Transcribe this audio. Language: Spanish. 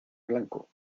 blanco